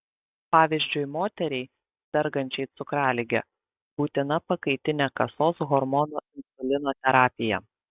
pavyzdžiui moteriai sergančiai cukralige būtina pakaitinė kasos hormono insulino terapija